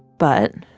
but